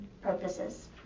purposes